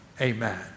Amen